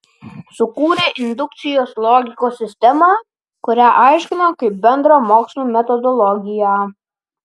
sukūrė indukcijos logikos sistemą kurią aiškino kaip bendrą mokslų metodologiją